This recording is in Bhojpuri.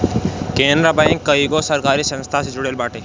केनरा बैंक कईगो सरकारी संस्था से जुड़ल बाटे